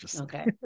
Okay